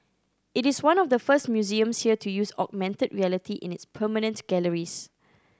it is one of the first museums here to use augmented reality in its permanent galleries